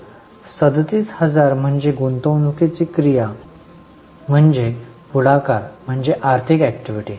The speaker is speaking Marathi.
तर 37000 म्हणजे गुंतवणूकीची क्रिया म्हणजे पुढाकार म्हणजे आर्थिक ऍक्टिव्हिटी